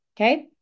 Okay